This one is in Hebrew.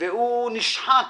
והוא נשחק